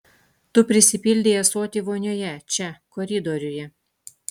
tu prisipildei ąsotį vonioje čia koridoriuje